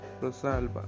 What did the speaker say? Rosalba